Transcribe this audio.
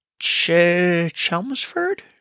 Chelmsford